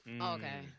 Okay